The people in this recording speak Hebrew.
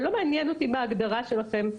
לא מעניין אותי מה ההגדרה שלכם.